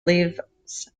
leaves